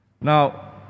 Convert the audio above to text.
Now